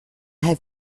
have